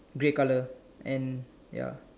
grey colour and ya